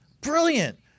brilliant